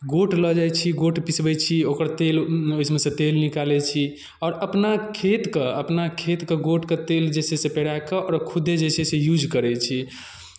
गोट लऽ जाइ छी गोट पिसबै छी ओकर तेल उसमेसँ तेल निकालै छी आओर अपना खेतके अपना खेतके गोटके तेल जे छै से पेरा कऽ आओर खुदे जे छै से यूज करै छी